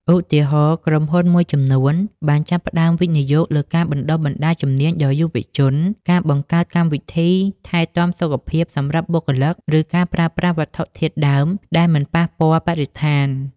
ឧទាហរណ៍ ក្រុមហ៊ុនមួយចំនួនបានចាប់ផ្តើមវិនិយោគលើការបណ្តុះបណ្តាលជំនាញដល់យុវជន ការបង្កើតកម្មវិធីថែទាំសុខភាពសម្រាប់បុគ្គលិក ឬការប្រើប្រាស់វត្ថុធាតុដើមដែលមិនប៉ះពាល់បរិស្ថាន ។